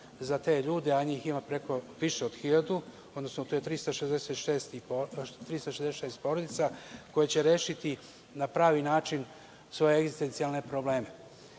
za te ljude, a njih ima više od hiljadu, tj. 366 porodica koje će rešiti na pravi način svoje egzistencijalne probleme. Nekome